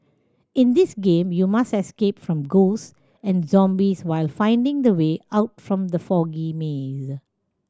in this game you must escape from ghost and zombies while finding the way out from the foggy maze